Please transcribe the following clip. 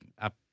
up